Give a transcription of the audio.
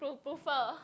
Proo~ Proofer